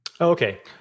Okay